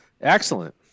Excellent